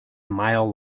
mile